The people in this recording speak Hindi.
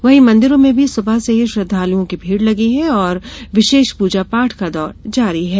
वहीं मंदिरों में भी सुबह से ही श्रद्वालुओं की भीड़ लगी है और विशेष पूजा पाठ का दौर जारी है